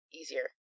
easier